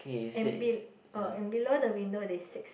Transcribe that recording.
and be~ oh and below the window there's six